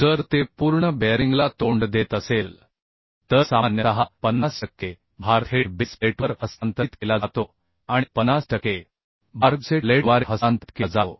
जर ते पूर्ण बेअरिंगला तोंड देत असेल तर सामान्यतः 50 टक्के भार थेट बेस प्लेटवर हस्तांतरित केला जातो आणि 50 टक्के भार गुसेट प्लेटद्वारे हस्तांतरित केला जातो